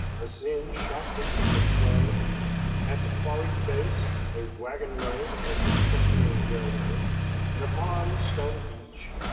ascend sharply from the flood at the quarried base, a wagon road and the customary railway and upon the stony beach,